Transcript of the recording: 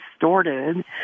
distorted